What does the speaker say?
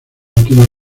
última